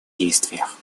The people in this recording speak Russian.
действиях